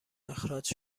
اخراج